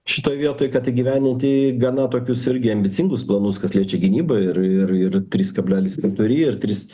šitoj vietoj kad įgyvendinti gana tokius irgi ambicingus planus kas liečia gynybą ir ir ir trys kablelis keturi ir trys